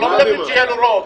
אנחנו לא מדברים שיהיה לה רוב.